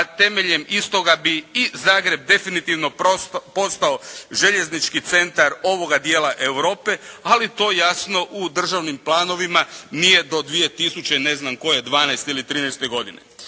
a temeljem istoga bi i Zagreb definitivno postao željeznički centar ovoga dijela Europe, ali to jasno u državnim planovima nije do dvije tisuće ne znam koje dvanaeste ili